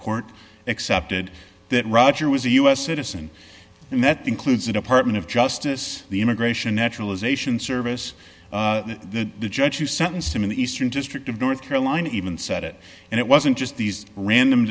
court accepted that roger was a u s citizen and that includes the department of justice the immigration naturalization service the judge who sentenced him in the eastern district of north carolina even said it and it wasn't just these random